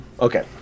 okay